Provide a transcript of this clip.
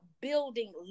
building